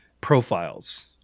profiles